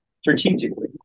strategically